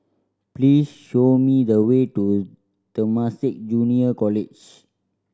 please show me the way to Temasek Junior College